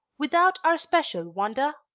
without our special wonder?